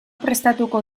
prestatuko